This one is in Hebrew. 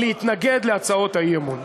להתנגד להצעות האי-אמון.